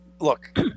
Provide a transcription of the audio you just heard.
look